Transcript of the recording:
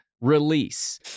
release